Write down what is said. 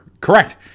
Correct